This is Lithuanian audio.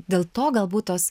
dėl to galbūt tos